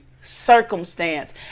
circumstance